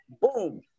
boom